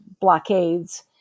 blockades